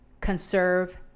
conserve